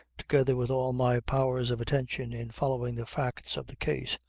together with all my powers of attention in following the facts of the case,